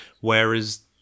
Whereas